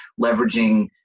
leveraging